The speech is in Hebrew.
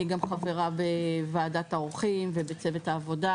אני גם חברה בוועדת העורכים ובצוות העבודה,